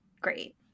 great